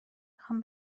میخوام